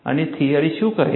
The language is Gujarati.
અને થિયરી શું કહે છે